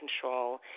control